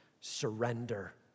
surrender